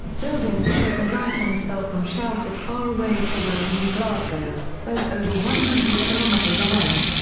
buildings shook and items fell from shelves as far away as truro and new glasgow, both over one hundred kilometres away.